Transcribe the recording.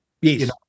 Yes